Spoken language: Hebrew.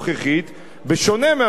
בשונה מהממשלות הקודמות,